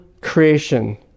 creation